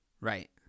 right